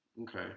Okay